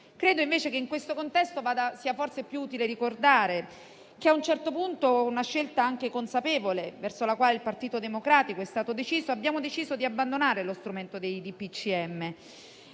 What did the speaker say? ritornare. In questo contesto è forse più utile ricordare che, a un certo punto, con una scelta anche consapevole, rispetto alla quale il Partito Democratico è stato deciso, abbiamo deciso di abbandonare lo strumento dei DPCM.